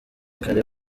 kare